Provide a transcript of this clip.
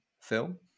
film